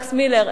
אלכס מילר,